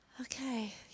Okay